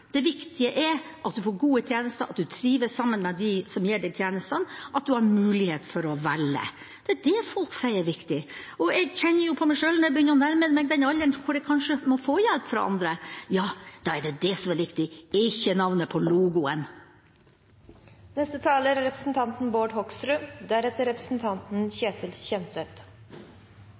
det viktige. Det viktige er at man får gode tjenester, at man trives sammen med dem som gir en tjenestene, og at man har mulighet for å velge. Det er det folk sier er viktig. Jeg kjenner på meg selv, når jeg nå begynner å nærme meg den alderen hvor jeg kanskje må få hjelp fra andre, at ja, da er det det som er viktig og ikke navnet på logoen. Det som er synd når jeg hører på representanten